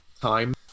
time